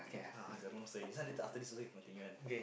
ah it's a long story this one later after this also can continue one